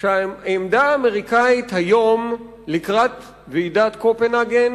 שהעמדה האמריקנית היום לקראת ועידת קופנהגן